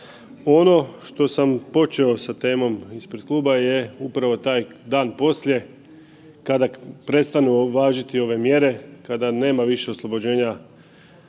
Ono što sam počeo sa temom ispred klub je upravo taj dan poslije kada prestanu važiti ove mjere, kada nema više oslobođenja